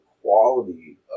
quality